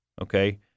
okay